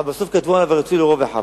אבל בסוף כתבו עליו "ורצוי לרוב אחיו",